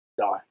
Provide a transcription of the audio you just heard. die